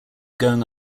going